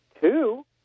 Two